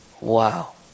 wow